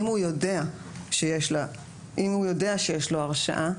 אם הוא יודע שיש לו הרשעה,